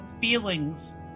feelings